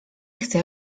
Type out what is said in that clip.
chcę